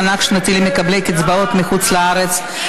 מענק שנתי למקבלי קצבאות מחוץ-לארץ),